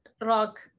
Rock